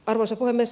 arvoisa puhemies